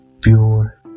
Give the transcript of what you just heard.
pure